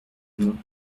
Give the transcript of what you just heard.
non